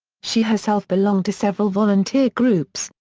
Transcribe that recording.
she herself belonged to several volunteer groups,